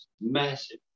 massive